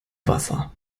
wasser